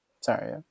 Sorry